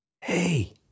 Hey